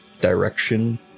direction